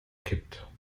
kippt